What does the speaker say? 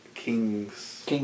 King's